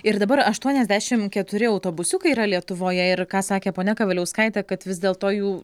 ir dabar aštuoniasdešim keturi autobusiukai yra lietuvoje ir ką sakė ponia kavaliauskaitė kad vis dėl to jų